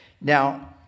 Now